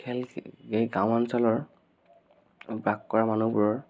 খেল এই গাঁও অঞ্চলৰ বাস কৰা মানুহবোৰৰ